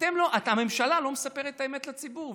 הממשלה לא מספרת את האמת לציבור,